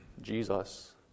Jesus